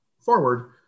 forward